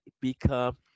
Become